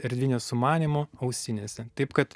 erdvinio sumanymo ausinėse taip kad